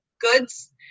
goods